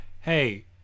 hey